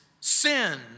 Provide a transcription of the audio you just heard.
sin